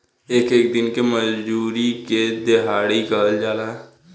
एक एक दिन के मजूरी के देहाड़ी कहल जाला